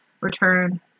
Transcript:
Return